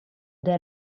del